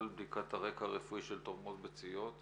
בדיקת הרקע הרפואי של תורמות ביציות.